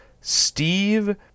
Steve